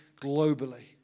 globally